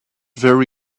very